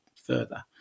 further